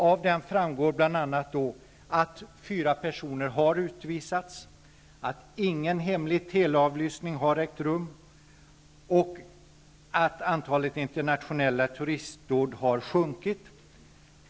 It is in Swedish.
Av den framgår bl.a. att fyra personer har utvisats, att ingen hemlig teleavlyssning ägt rum och att antalet internationella terroristdåd har sjunkit.